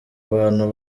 abantu